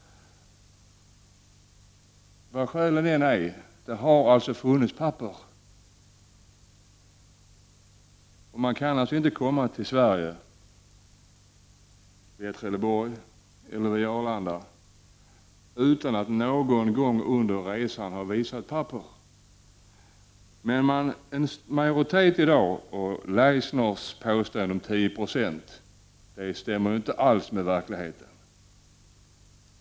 Det har alltså funnits papper. Man kan inte komma till Sverige via Trelleborg eller Arlanda utan att någon gång under resan ha visat upp papper. Maria Leissners påstående om 10 96 stämmer inte alls med verkligheten.